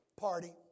party